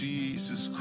Jesus